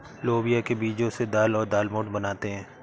लोबिया के बीजो से दाल और दालमोट बनाते है